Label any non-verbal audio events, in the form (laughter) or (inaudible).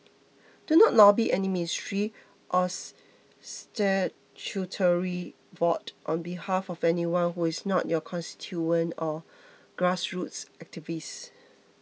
do not lobby any ministry or (unintelligible) statutory board on behalf of anyone who is not your constituent or grassroots activist